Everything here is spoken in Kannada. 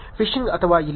ಫಿಶಿಂಗ್ ಅಥವಾ ಇಲ್ಲ